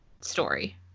story